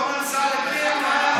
אדון אמסלם עבר עליך משהו?